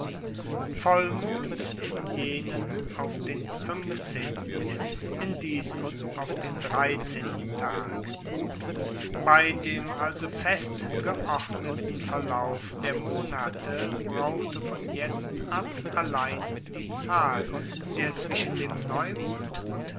vollmond in jenen auf den fuenfzehnten in diesen auf den dreizehnten tag bei dem also fest geordneten verlauf der monate brauchte von jetzt ab allein die zahl der zwischen dem neumond und